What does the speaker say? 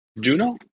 Juno